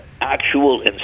actual